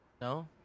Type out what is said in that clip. No